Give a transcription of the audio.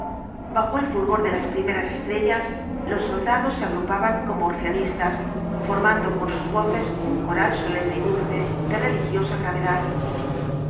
bajo el fulgor de las primeras estrellas los soldados se agrupaban como orfeonistas formando con sus voces un coral solemne y dulce de religiosa gravedad